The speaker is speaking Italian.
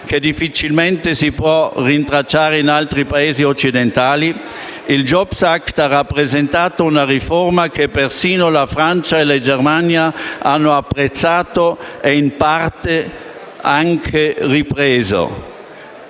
che difficilmente si può rintracciare in altri Paesi occidentali, il *jobs act* ha rappresentato una riforma che persino Francia o Germania hanno apprezzato e in parte anche ripreso.